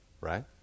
right